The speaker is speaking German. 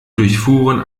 durchfuhren